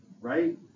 right